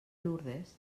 lourdes